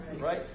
right